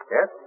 Yes